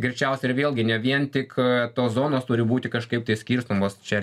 greičiausiai ir vėlgi ne vien tik tos zonos turi būti kažkaip tai skirstomos čia